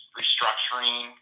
restructuring